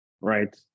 right